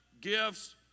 gifts